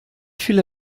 viele